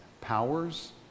powers